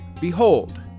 behold